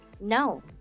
No